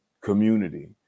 community